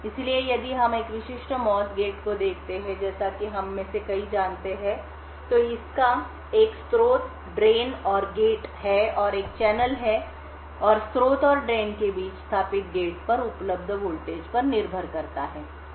इसलिए यदि हम एक विशिष्ट MOS गेट को देखते हैं जैसा कि हम में से कई जानते हैं तो इसका एक स्रोत नाली और गेट है और एक चैनल है और स्रोत और drain के बीच स्थापित गेट पर उपलब्ध वोल्टेज पर निर्भर करता है